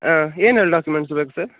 ಹಾಂ ಏನೆಲ್ಲ ಡಾಕ್ಯುಮೆಂಟ್ಸ್ ಬೇಕು ಸರ್